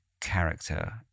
character